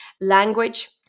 Language